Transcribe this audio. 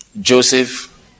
Joseph